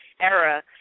era